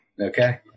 Okay